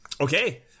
Okay